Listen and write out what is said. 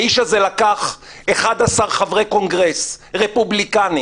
האיש הזה לקח 11 חברי קונגרס רפובליקנים